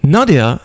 Nadia